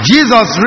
Jesus